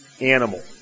animal